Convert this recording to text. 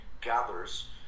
gathers